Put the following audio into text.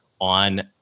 on